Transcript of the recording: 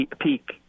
peak